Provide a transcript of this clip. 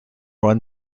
won